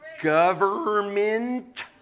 government